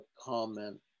comment